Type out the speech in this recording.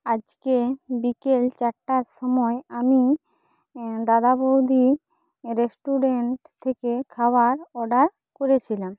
আজকে বিকেল চারটার সময় আমি দাদা বৌদি রেস্টুরেন্ট থেকে খাবার অর্ডার করেছিলাম